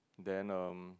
then um